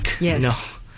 Yes